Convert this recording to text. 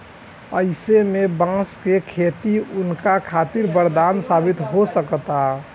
अईसे में बांस के खेती उनका खातिर वरदान साबित हो सकता